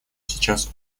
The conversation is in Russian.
сейчас